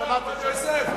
עובדיה יוסף,